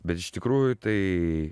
bet iš tikrųjų tai